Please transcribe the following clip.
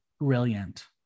Brilliant